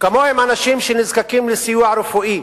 וכמוהם אנשים שנזקקים לסיוע רפואי.